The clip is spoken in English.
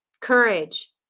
courage